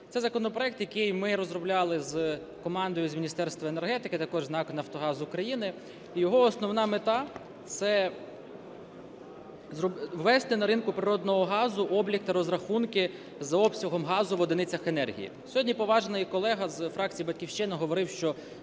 Це законопроект, який ми розробляли з командою з Міністерства енергетики, також з НАК "Нафтогаз України". Його основна мета – це ввести на ринку природного газу облік та розрахунки за обсягами газу в одиницях енергії. Сьогодні поважний колега з фракції "Батьківщина" говорив, що